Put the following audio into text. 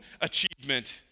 achievement